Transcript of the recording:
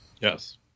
Yes